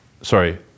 sorry